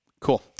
cool